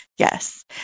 Yes